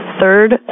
third